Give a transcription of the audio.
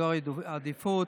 אזור עדיפות,